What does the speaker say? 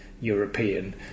European